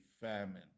famine